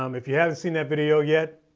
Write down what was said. um if you haven't seen that video yet